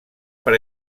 per